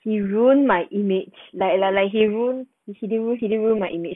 he ruin my image like like like he ruin she didn't she didn't ruin my image